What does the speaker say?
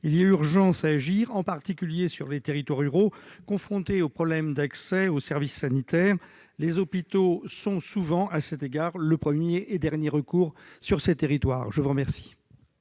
Il y a urgence à agir, en particulier sur les territoires ruraux, confrontés au problème de l'accès aux services sanitaires. Les hôpitaux sont souvent, à cet égard, le premier et dernier recours dans ces territoires. La parole